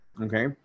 okay